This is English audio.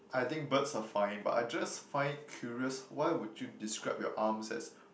I think birds are fine but I just find it curious why would you describe your arms as